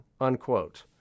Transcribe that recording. unquote